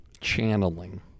Channeling